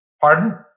Pardon